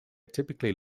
typically